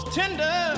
tender